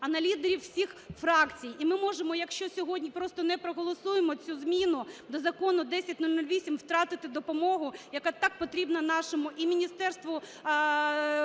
а на лідерів всіх фракцій. І ми можемо, якщо сьогодні просто не проголосуємо цю зміну до Закону 10008, втратити допомогу, яка так потрібна нашому і Міністерству внутрішніх